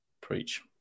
Preach